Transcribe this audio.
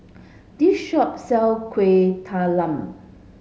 this shop sell Kueh Talam